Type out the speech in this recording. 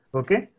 okay